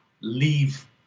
leave